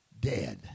dead